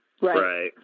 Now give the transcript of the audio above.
Right